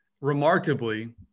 remarkably